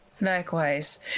Likewise